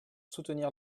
soutenir